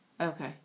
Okay